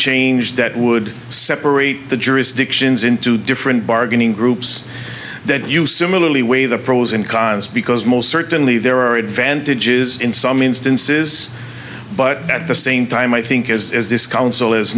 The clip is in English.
change that would separate the jurisdictions into different bargaining groups that you similarly weigh the pros and cons because most certainly there are advantages in some instances but at the same time i think is this coun